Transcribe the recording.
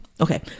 Okay